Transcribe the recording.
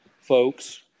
folks